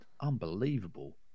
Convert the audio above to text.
unbelievable